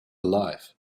alive